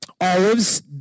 Olives